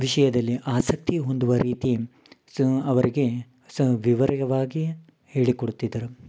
ವಿಷಯದಲ್ಲಿ ಆಸಕ್ತಿ ಹೊಂದುವ ರೀತಿ ಸ ಅವರಿಗೆ ಸ ವಿವರವಾಗಿ ಹೇಳಿಕೊಡುತ್ತಿದ್ದರು